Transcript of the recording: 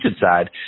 side